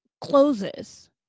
closes